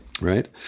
right